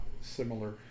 similar